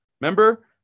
remember